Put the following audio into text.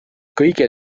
kõige